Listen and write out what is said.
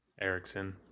Erickson